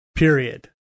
Period